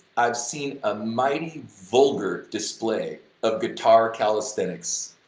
i've seen a mighty vulgar display of guitar calisthenics.